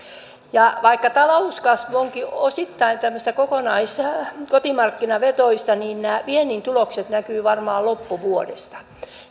vaikka talouskasvu onkin osittain tämmöistä kokonaiskotimarkkinavetoista niin nämä viennin tulokset näkyvät varmaan loppuvuodesta